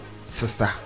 sister